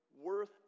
worth